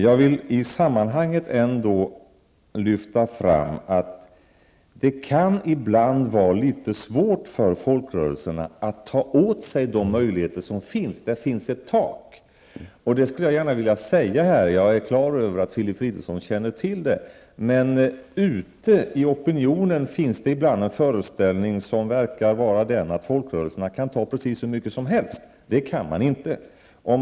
Jag vill i sammanhanget ändå lyfta fram att det ibland kan vara litet svårt för folkrörelserna att ta åt sig de möjligheter som finns. Det finns ett tak. Jag är klar över att Filip Fridolfsson känner till detta, men jag skulle ändå vilja påpeka det. Det finns nämligen ute i opinionen ibland en föreställning om att folkrörelserna kan ta på sig precis hur mycket som helst. Men det kan de inte.